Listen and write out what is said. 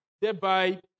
thereby